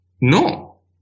no